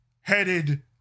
headed